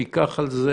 תיקח על זה